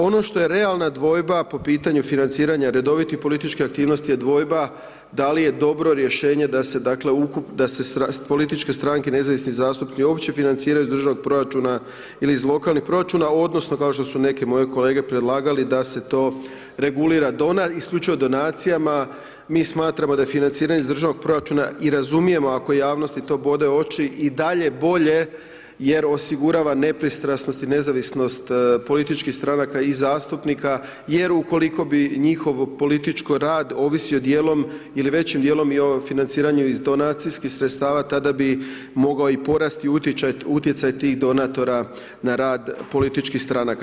Ono što je realna dvojba po pitanju financiranja redovitih političkih aktivnosti, je dvojba da li je dobro rješenje da se dakle ukupno, da se političke stranke, nezavisni zastupnici uopće financiraju iz državnog proračuna ili iz lokalnih proračuna odnosno kao što su neki moji kolege predlagali da se to regulira isključivo donacijama, mi smatramo da je financiranje iz državnog proračuna i razumije ako javnosti to bode oči i dalje bolje jer osigurava nepristrasnost i nezavisnost političkih stranaka i zastupnika, jer ukoliko bi njihov politički rad ovisio dijelom ili većim dijelom i o financiranju iz donacijskih sredstava tada bi mogao i porasti utjecaj tih donatora na rad političkih stranaka.